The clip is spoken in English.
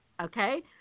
okay